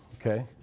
okay